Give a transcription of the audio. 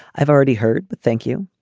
i've already heard. but thank you.